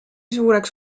suureks